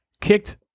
kicked